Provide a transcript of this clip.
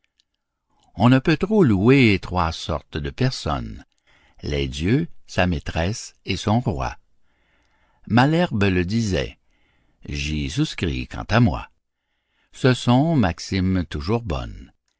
on ne peut trop louer trois sortes de personnes les dieux sa maîtresse et son roi malherbe le disait j'y souscris quant à moi ce sont maximes toujours bonnes